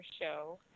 show